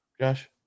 Josh